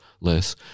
less